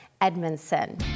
Edmondson